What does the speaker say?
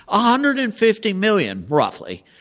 ah hundred and fifty million roughly.